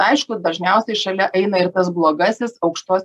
aišku dažniausiai šalia eina ir tas blogasis aukštos